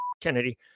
Kennedy